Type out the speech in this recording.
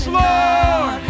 lord